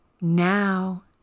now